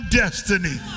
destiny